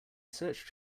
search